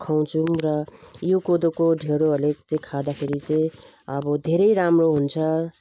खुवाउँछौँ र यो कोदोको ढिँडोहरूले चाहिँ खाँदाखेरि चाहिँ अब धेरै राम्रो हुन्छ